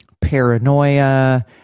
paranoia